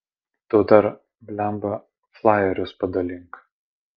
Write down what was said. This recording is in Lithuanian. tu dar blemba flajerius padalink